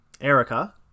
Erica